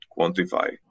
quantify